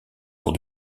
tour